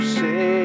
say